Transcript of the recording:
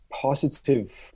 positive